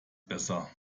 besser